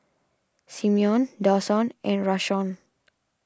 Simeon Dawson and Rashawn